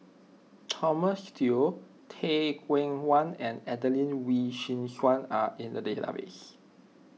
Thomas Yeo Teh Cheang Wan and Adelene Wee Chin Suan are in the database